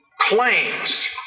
claims